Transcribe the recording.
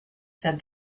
said